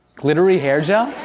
glittery hair gel?